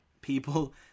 people